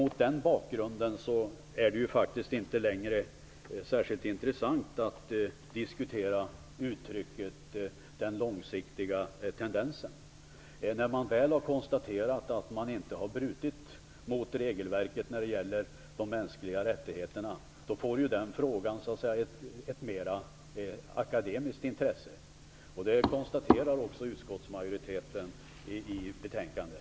Mot den bakgrunden är det inte längre särskilt intressant att diskutera uttrycket "den långsiktiga tendensen". När man väl har konstaterat att det inte har förekommit något brott mot regelverket när det gäller de mänskliga rättigheterna då är den frågan litet mera av akademiskt intresse, vilket också utskottsmajoriteten konstaterar i betänkandet.